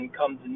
comes